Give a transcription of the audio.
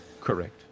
Correct